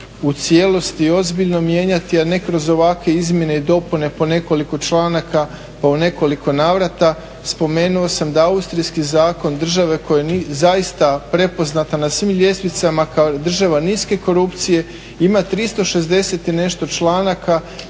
u cijelosti i ozbiljno mijenjati a ne kroz ovakve izmjene i dopune po nekoliko članaka, pa u nekoliko navrata. Spomenuo sam da austrijski zakon države koje nisu, zaista prepoznata na svim ljestvicama kao država niske korupcije, ima 360 i nešto članaka,